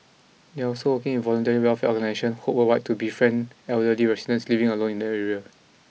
they are also working with voluntary welfare organisation Hope Worldwide to befriend elderly residents living alone in the area